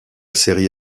série